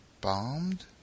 Bombed